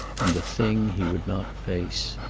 and the thing he would not face.